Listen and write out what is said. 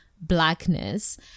blackness